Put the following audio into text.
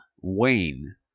Wayne